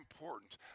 important